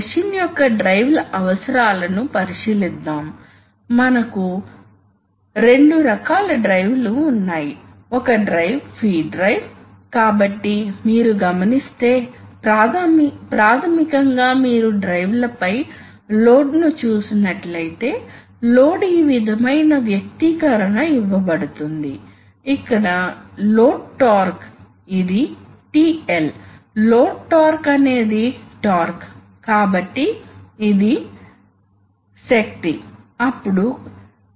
design లో నిర్మాణ వ్యత్యాసాలు ఉన్నప్పటికీ మరొక అప్లికేషన్ త్రి స్పీడ్ డ్రైవ్ కాబట్టి త్రి స్పీడ్లో ఆసక్తికరంగా ఉంటుంది కాబట్టి త్రి స్పీడ్ డ్రైవ్ లలో మనం ఏమి చేస్తున్నామో త్వరగా చూడవచ్చు కాబట్టి మీరు ఎప్పుడు వాస్తవానికి ఇది తప్పుగా అనుసంధానించబడిందని ఉంది కాబట్టి ఇది ఈ పొజిషన్ లో ఉన్నప్పుడు ఈ విధంగా గాలి ప్రవాహాలు ఇలా చెక్ వాల్వ్ గుండా వెళుతుంది కాబట్టి ఇది దీని గుండా వెళ్ళదు